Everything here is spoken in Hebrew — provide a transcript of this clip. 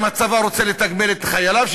אם הצבא רוצה לתגמל את חייליו,